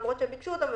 למרות שהם ביקשו אותם.